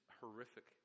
horrific